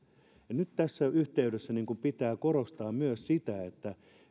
nyt tässä yhteydessä pitää korostaa myös sitä että